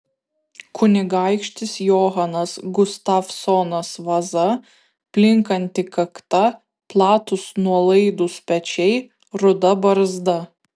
kunigaikštis johanas gustavsonas vaza plinkanti kakta platūs nuolaidūs pečiai ruda barzda